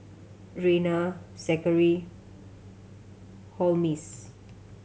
Reyna Zachary Holmes